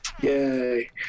Yay